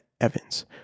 Evans